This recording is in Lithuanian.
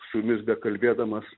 su jumis bekalbėdamas